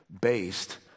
based